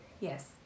Yes